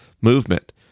movement